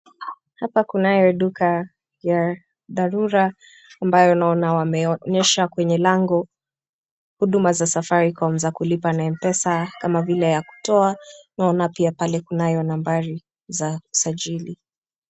Hapa kunayo duka ya dharura ambayo naona wameonyesha kwa lango huduma za safaricom za kulipa na mpesa kama vile ya kutoa, naona pia pale kuna nambari za usajili.